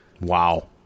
Wow